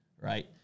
right